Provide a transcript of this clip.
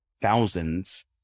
thousands